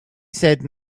said